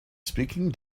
speaking